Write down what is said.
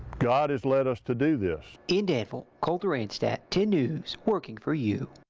god has led us to do this in danville colter anstaett ten news working for you.